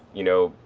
you, know,